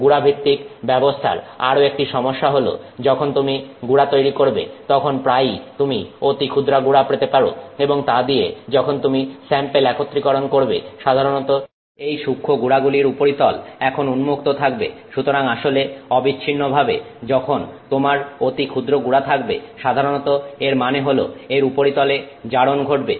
গুড়া ভিত্তিক ব্যবস্থার আরো একটা সমস্যা হলো যখন তুমি গুড়া তৈরি করবে তখন প্রায়ই তুমি অতি ক্ষুদ্র গুড়া পেতে পারো এবং তা দিয়ে যখন তুমি স্যাম্পেল একত্রীকরণ করবে সাধারণত এই সূক্ষ্ম গুড়াগুলির উপরিতল এখন উন্মুক্ত থাকবে সুতরাং আসলে অবিচ্ছিন্নভাবে যখন তোমার অতি ক্ষুদ্র গুড়া থাকবে সাধারণত এর মানে হলো এর উপরিতলে জারণ ঘটবে